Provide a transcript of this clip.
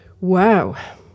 Wow